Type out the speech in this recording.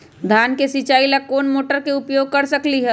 धान के सिचाई ला कोंन मोटर के उपयोग कर सकली ह?